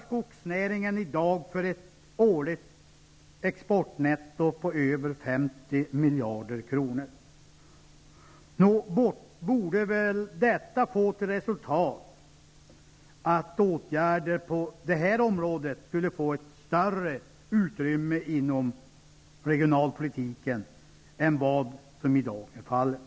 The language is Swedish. Skogsnäringen svarar i dag för ett årligt exportnetto på över 50 miljarder kronor. Nog borde det få till resultat att åtgärder på detta område fick större utrymme inom regionalpolitiken än vad som i dag är fallet.